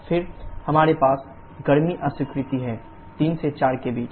फिर हमारे पास गर्मी अस्वीकृति है 3 4 के बीच